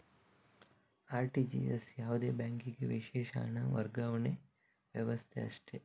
RTGS ಯಾವುದೇ ಬ್ಯಾಂಕಿಗೆ ವಿಶೇಷ ಹಣ ವರ್ಗಾವಣೆ ವ್ಯವಸ್ಥೆ ಅಷ್ಟೇ